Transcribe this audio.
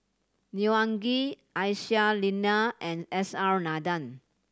Neo Anngee Aisyah Lyana and S R Nathan